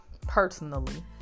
personally